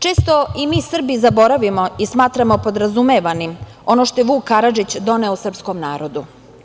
Često i mi Srbi zaboravimo i smatramo podrazumevanim ono što je Vuk Karadžić doneo srpskom narodu.